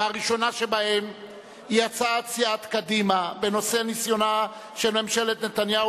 והראשונה שבהן היא הצעת סיעת קדימה בנושא: ניסיונה של ממשלת נתניהו